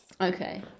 Okay